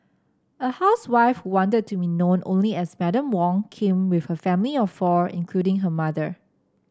a housewife who wanted to be known only as Madam Wong came with her family of four including her mother